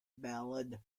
ballade